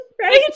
Right